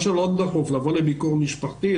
מה שלא דחוף לבוא לביקור משפחתי,